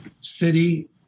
city